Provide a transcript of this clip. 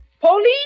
Police